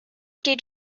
did